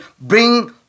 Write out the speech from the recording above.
bring